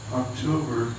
october